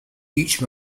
each